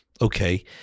Okay